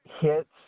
hits